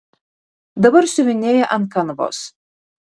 dabar siuvinėja ant kanvos